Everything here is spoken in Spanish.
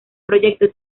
proyecto